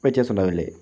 വ്യത്യസം ഉണ്ടാവില്ലേ